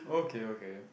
okay okay